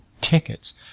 tickets